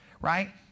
right